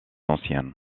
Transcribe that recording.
ancienne